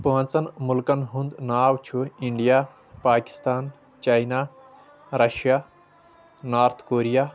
پانٛژن مُلکن ہُنٛد ناو چھُ India Pakistan China Russia North Korea